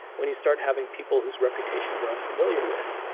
when you start having people whose reputation you're unfamiliar with,